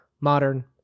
modern